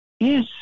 Yes